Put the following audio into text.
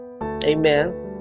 Amen